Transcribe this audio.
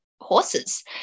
horses